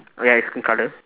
oh ya it's green colour